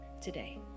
today